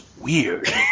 weird